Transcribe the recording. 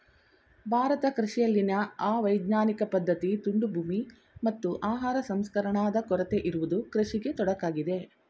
ಭಾರತ ಕೃಷಿಯಲ್ಲಿನ ಅವೈಜ್ಞಾನಿಕ ಪದ್ಧತಿ, ತುಂಡು ಭೂಮಿ, ಮತ್ತು ಆಹಾರ ಸಂಸ್ಕರಣಾದ ಕೊರತೆ ಇರುವುದು ಕೃಷಿಗೆ ತೊಡಕಾಗಿದೆ